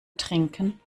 trinken